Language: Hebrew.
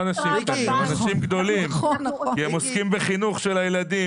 האנשים גדולים כי הם עוסקים בחינוך של הילדים.